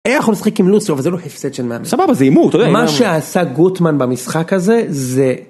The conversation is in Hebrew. איך הוא יכול לשחק עם לוסיו אבל זה לא הפסד של מאמן, סבבה זה הימור אתה יודע, מה שעשה גוטמן במשחק הזה זה